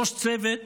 ראש צוות,